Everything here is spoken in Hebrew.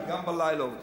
כי גם בלילה הם עובדים.